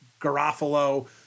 Garofalo